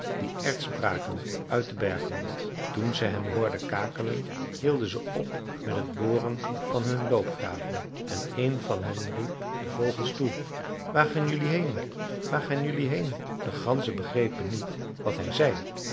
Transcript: die erts braken uit den bergwand toen ze hen hoorden kakelen hielden ze op met het boren van hun loopgraven en een van hen riep de vogels toe waar ga jelui heen waar ga jelui heen de ganzen begrepen niet wat hij zei